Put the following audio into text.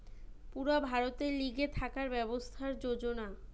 পুরা ভারতের লিগে থাকার ব্যবস্থার যোজনা